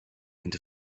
and